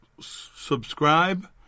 subscribe